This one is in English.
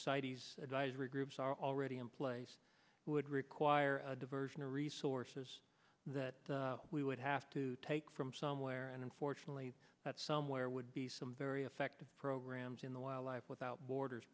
sight advisory groups are already in place would require a diversion of resources that we would have to take from somewhere and unfortunately that somewhere would be some very effective programs in the wildlife without borders